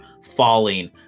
falling